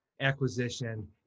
acquisition